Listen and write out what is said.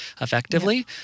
effectively